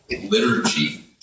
liturgy